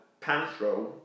Panthro